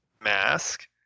mask